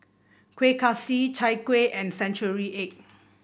Kueh Kaswi Chai Kueh and Century Egg